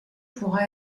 pourra